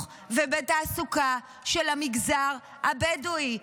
ובחינוך ובתעסוקה של המגזר הבדואי.